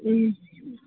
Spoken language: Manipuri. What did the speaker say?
ꯎꯝ